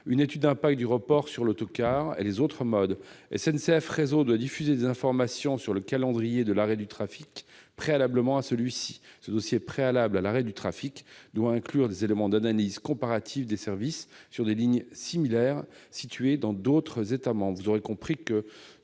une étude d'impact du report sur l'autocar et les autres modes. SNCF Réseau doit diffuser des informations sur le calendrier de l'arrêt du trafic préalablement à celui-ci. Ce dossier préalable à l'arrêt du trafic doit inclure des éléments d'analyse comparative des services sur des lignes similaires situées dans d'autres États membres.